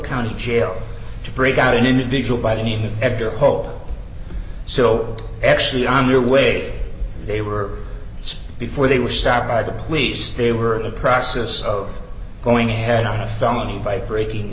county jail to break out an individual by any edgar hole so actually on your way they were before they were stopped by the police they were the process of going ahead on a felony by breaking